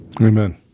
Amen